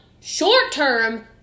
short-term